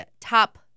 top